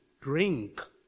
drink